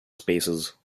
spaces